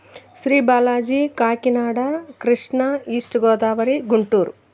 Shri Balaji Kakinada Krishna east Godavari Guntur